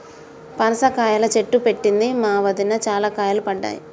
పనస కాయల చెట్టు పెట్టింది మా వదిన, చాల కాయలు పడ్డాయి